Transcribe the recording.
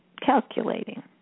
calculating